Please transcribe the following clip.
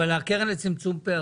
ומה עם הקרן לצמצום פערים?